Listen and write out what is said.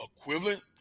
equivalent